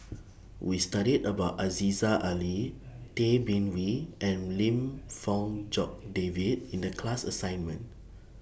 We studied about Aziza Ali Tay Bin Wee and Lim Fong Jock David in The class assignment